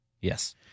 Yes